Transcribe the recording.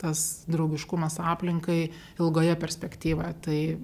tas draugiškumas aplinkai ilgoje perspektyvoje tai